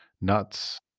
Nuts